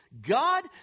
God